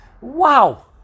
wow